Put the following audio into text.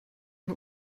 nur